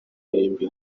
irimbi